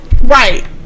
right